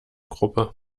gruppe